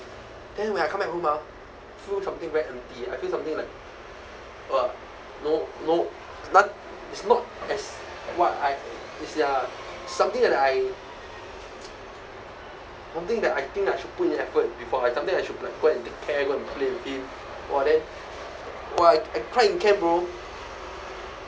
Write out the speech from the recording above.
then when I come back home ah feel something very empty I feel something like !wah! no no not~ is not as what I is ya something that I something that I think I should put in effort before I something I should like go and take care go and play with him !wah! then !wah! I I cried in camp bro